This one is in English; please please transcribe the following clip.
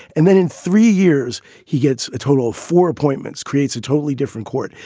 and then in three years, he gets a total of four appointments, creates a totally different court.